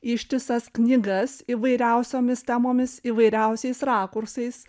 ištisas knygas įvairiausiomis temomis įvairiausiais rakursais